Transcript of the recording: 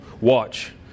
watch